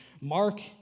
Mark